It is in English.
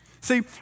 See